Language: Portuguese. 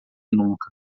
nunca